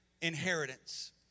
inheritance